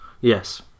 Yes